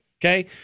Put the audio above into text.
okay